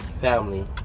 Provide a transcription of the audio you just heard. family